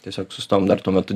tiesiog sustojom dar tuo metu